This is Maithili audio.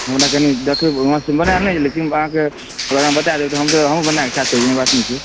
हमरा कनि देखियौ हमरा से बनायल नहि अबै छै लेकिन अहाँके बता देब तऽ हमसभ हमहूँ बनाए कऽ खा सकै छी एहन बात नहि छै